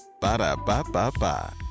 Ba-da-ba-ba-ba